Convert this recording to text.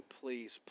please